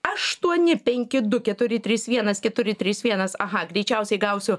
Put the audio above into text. aštuoni penki du keturi trys vienas keturi trys vienas aha greičiausiai gausiu